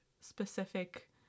specific